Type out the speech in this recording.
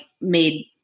made